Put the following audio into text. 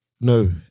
No